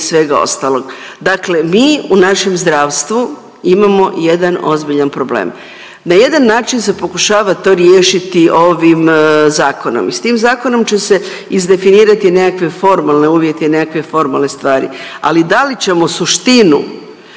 svega ostalog, dakle mi u našem zdravstvu imamo jedan ozbiljan problem. Na jedan način se pokušava to riješiti ovim zakonom i s tim zakonom će se izdefinirati nekakve formalne uvjete i nekakve formalne stvari, ali da li ćemo suštinu